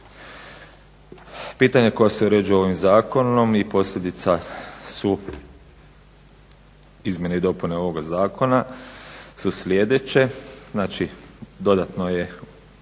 Pitanja koja se uređuju ovim zakonom i posljedica su izmjene i dopune ovoga zakona su sljedeće. Znači, dodatno je